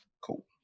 Cool